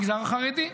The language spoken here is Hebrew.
המגזר החרדי,